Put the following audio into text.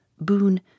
boon